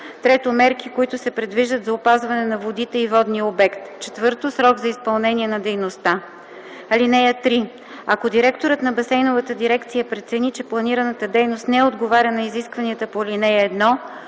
3. мерки, които се предвиждат за опазването на водите и водния обект; 4. срок за изпълнение на дейността. (3) Ако директорът на басейновата дирекция прецени, че планираната дейност не отговаря на изискванията на ал. 1,